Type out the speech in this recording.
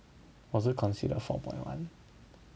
我是 considered four point one